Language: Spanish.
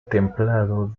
templado